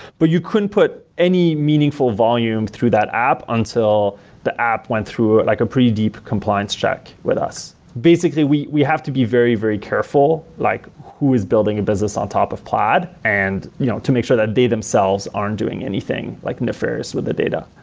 but you couldn't put any meaningful volume through that app until the app went through like a pretty deep compliance check with us. basically, we we have to be very, very careful like who is building a business on top of plaid and you know to make sure that they themselves aren't doing anything like nefarious with the data.